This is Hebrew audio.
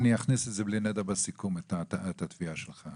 בלי נדר, אני אכניס בסיכום את התביעה שלה.